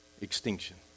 extinction